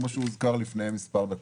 כמו שהוזכר לפני מספר דקות.